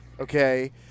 okay